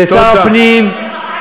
זה ההסבר היחיד, תודה רבה.